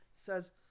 says